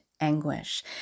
anguish